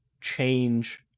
change